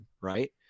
right